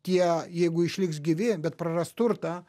tie jeigu išliks gyvi bet praras turtą